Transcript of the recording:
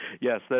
Yes